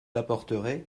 apporterez